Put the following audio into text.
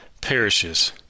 perishes